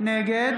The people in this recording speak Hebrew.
נגד